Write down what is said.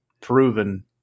proven